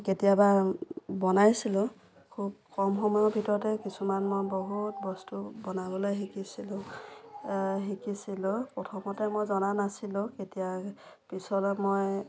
কেতিয়াবা বনাইছিলো খুব কম সময়ৰ ভিতৰতে কিছুমান মই বহুত বস্তু বনাবলৈ শিকিছিলোঁ শিকিছিলোঁ প্ৰথমতে মই জনা নাছিলোঁ কেতিয়া পিছলৈ মই